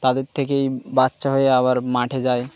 তাদের থেকেই বাচ্চা হয়ে আবার মাঠে যায়